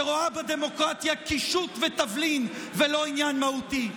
שרואה בדמוקרטיה קישוט ותבלין ולא עניין מהותי.